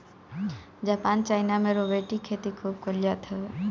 Japan China में robotic खेती खूब कईल जात हवे